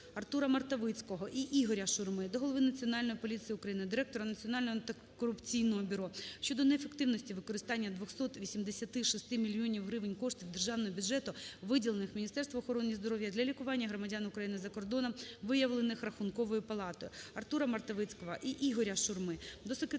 АртураМартовицького і Ігоря Шурми до голови Національної поліції України, директора Національного антикорупційного бюро щодо неефективності використання 286 мільйонів гривень коштів державного бюджету, виділених Міністерству охорони здоров'я для лікування громадян України за кордоном, виявлених Рахунковою палатою.